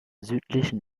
südlichen